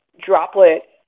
droplet